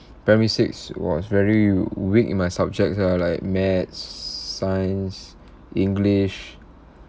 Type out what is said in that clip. primary six !wah! I was very weak in my subjects ah like maths science english